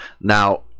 Now